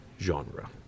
genre